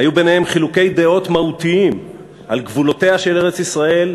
היו ביניהם חילוקי דעות מהותיים על גבולותיה של ארץ-ישראל,